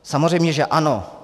Samozřejmě že ano.